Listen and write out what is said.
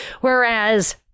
Whereas